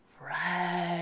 right